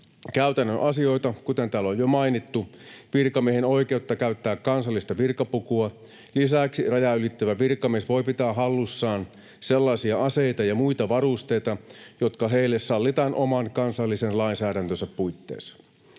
käytännön asioita, kuten täällä on jo mainittu: virkamiehen oikeutta käyttää kansallista virkapukua. Lisäksi rajan ylittävä virkamies voi pitää hallussaan sellaisia aseita ja muita varusteita, jotka heille sallitaan oman kansallisen lainsäädäntönsä puitteissa.